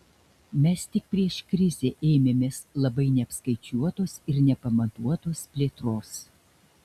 mes tik prieš krizę ėmėmės labai neapskaičiuotos ir nepamatuotos plėtros